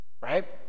right